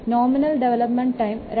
nominal development time 2